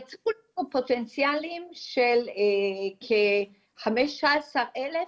יצאו לנו פוטנציאלים של כחמשה עשר אלף,